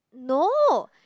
no